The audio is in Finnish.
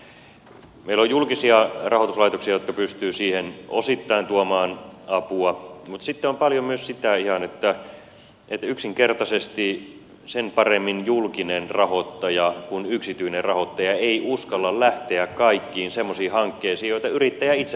meillä on julkisia rahoituslaitoksia jotka pystyvät siihen osittain tuomaan apua mutta sitten on paljon myös ihan sitä että yksinkertaisesti sen paremmin julkinen rahoittaja kuin yksityinenkään rahoittaja ei uskalla lähteä kaikkiin semmoisiin hankkeisiin joita yrittäjä itse pitää hyvänä